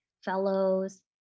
fellows